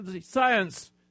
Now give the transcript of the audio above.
science